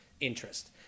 interest